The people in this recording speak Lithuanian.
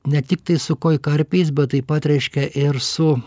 ne tiktai su koi karpiais bet taip pat reiškia ir su